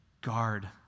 guard